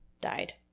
died